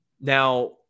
Now